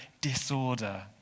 disorder